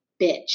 bitch